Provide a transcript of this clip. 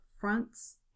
fronts